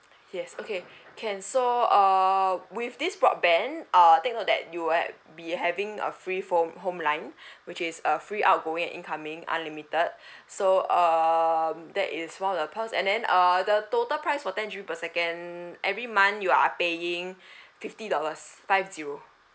yes okay can so err with this broadband err take note that you would have be having a free phone home line which is uh free outgoing and incoming unlimited so um that is one of the perks and then err the total price for ten G_B per second every month you are paying fifty dollars five zero